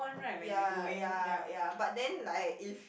ya ya ya but then like if